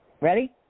Ready